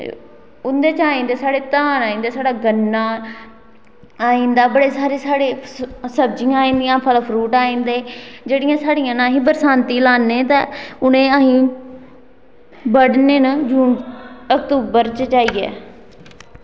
उं'दे च आई जंदे साढ़े धान आइंदे साढ़ा गन्ना आइंदा बड़े सारे साढ़े सब्जियां आई जंदियां फल फ्रूट आइंदे जेह्ड़ियां साढ़ियां न अस बरसांतीं लान्ने तां उ'नें ई अहीं बड्ढने न जून अक्तूबर च जाइयै